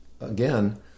again